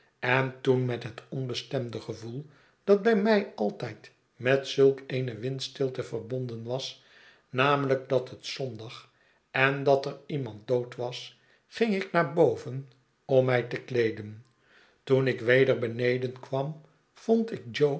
en toen met het onbestemde gevoel dat bij mij altijd met zulk eene windstilte verbonden was namelijk dat het zondag en dat er iemand dood was ging ik naar boven om mij te kleeden toen ik weder beneden kwam vond ik jo